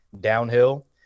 downhill